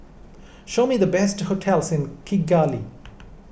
show me the best hotels in Kigali